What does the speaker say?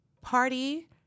party